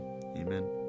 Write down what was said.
Amen